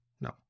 No